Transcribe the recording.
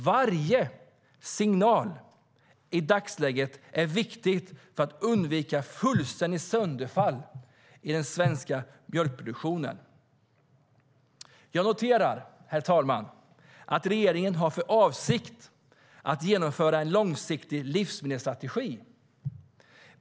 Varje signal i dagsläget är viktig för att undvika fullständigt sönderfall i den svenska mjölkproduktionen. Herr talman! Jag noterar att regeringen har för avsikt att genomföra en långsiktig livsmedelsstrategi.